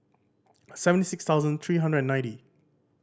seventy six thousand three hundred and ninety